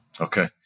Okay